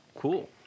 cool